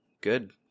good